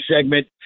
segment